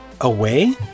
away